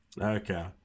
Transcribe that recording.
okay